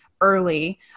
early